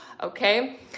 Okay